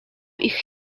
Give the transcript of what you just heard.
ich